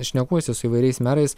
šnekuosi su įvairiais merais